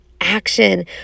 action